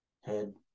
Head